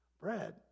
bread